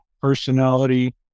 personality